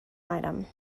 item